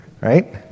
Right